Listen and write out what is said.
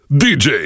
dj